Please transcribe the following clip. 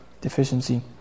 deficiency